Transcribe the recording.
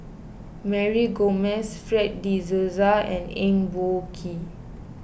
Mary Gomes Fred De Souza and Eng Boh Kee